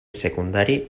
secundari